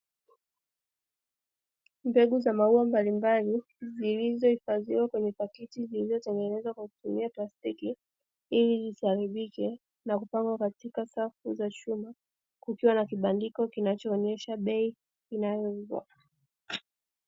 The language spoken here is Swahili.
Mbegu za maua mbalimbali zilizohifadhiwa kwenye pakiti vilivyotengenezwa kwa kutumia plastiki ili zisiharibike, na kupangwa katika safu ya chuma kukiwa na kibandiko kinachoonyesha bei zinavouzwa.